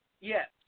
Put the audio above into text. Yes